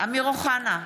אמיר אוחנה,